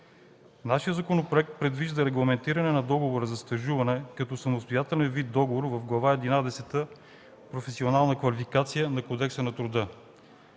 Нашият законопроект предвижда регламентиране на договора за стажуване като самостоятелен вид договор в Глава единадесета „Професионална квалификация” на Кодекса на труда.